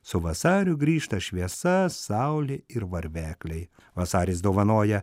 su vasariu grįžta šviesa saulė ir varvekliai vasaris dovanoja